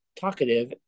talkative